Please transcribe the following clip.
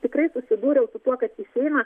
tikrai susidūriau su tuo kad išeina